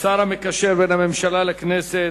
השר המקשר בין הממשלה לכנסת,